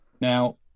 Now